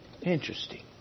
Interesting